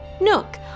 Nook